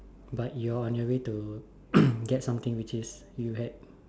but you're on your way to get something which is you had